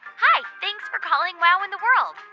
hi. thanks for calling wow in the world.